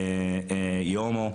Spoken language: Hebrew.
היא הומו,